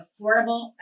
affordable